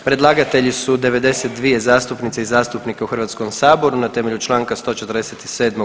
Predlagatelji su 92 zastupnice i zastupnika u Hrvatskom saboru na temelju Članka 147.